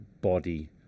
body